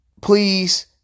Please